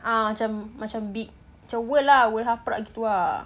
ah macam macam big macam world ah world haprak gitu ah